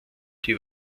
die